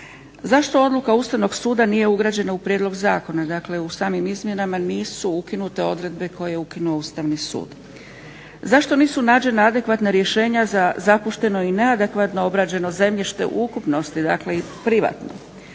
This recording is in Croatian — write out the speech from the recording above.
Zašto odluka Ustavnog suda nije ugrađena u prijedlog zakona, dakle u samim izmjenama nisu ukinute odredbe koje je ukinuo Ustavni sud. Zašto nisu nađena adekvatna rješenja za zapušteno i neadekvatno obrađeno zemljište u ukupnosti, dakle i privatno.